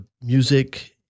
music